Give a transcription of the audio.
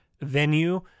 venue